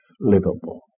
livable